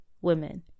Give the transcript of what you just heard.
women